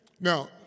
Now